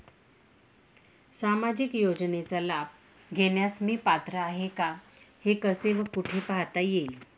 सामाजिक योजनेचा लाभ घेण्यास मी पात्र आहे का हे कसे व कुठे पाहता येईल?